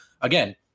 again